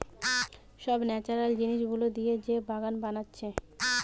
সব ন্যাচারাল জিনিস গুলা দিয়ে যে বাগান বানাচ্ছে